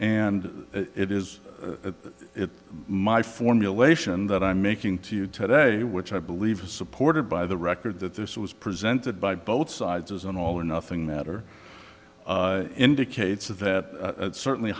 and it is it my formulation that i'm making to you today which i believe are supported by the record that this was presented by both sides as an all or nothing matter indicates that certainly